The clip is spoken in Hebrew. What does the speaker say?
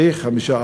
ב-5%.